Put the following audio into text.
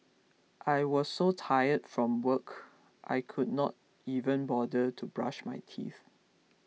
I was so tired from work I could not even bother to brush my teeth